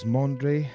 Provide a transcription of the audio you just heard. Mondre